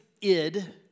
id